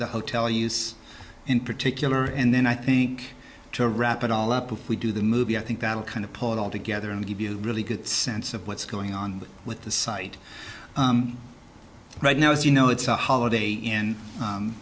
the hotel use in particular and then i think to wrap it all up if we do the movie i think that'll kind of pull it all together and give you a really good sense of what's going on with the site right now as you know it's a holiday